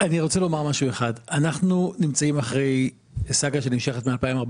אנחנו נמצאים אחרי סאגה שנמשכת מ-2014,